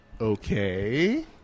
Okay